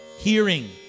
hearing